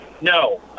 No